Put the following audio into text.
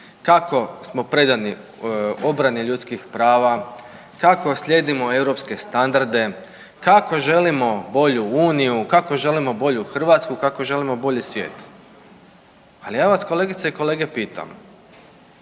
kako smo predani obrani ljudskih prava, kako slijedimo europske standarde, kako želimo bolju uniju, kako želimo bolju Hrvatsku, kako želimo bolji svijet. Ali ja vas kolegice i kolege pitam